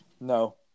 No